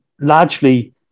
largely